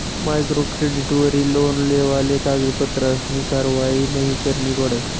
micro क्रेडिटवरी loan लेवाले कागदपत्रसनी कारवायी नयी करणी पडस